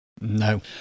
No